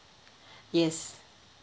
yes